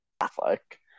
Catholic